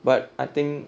but I think